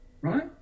right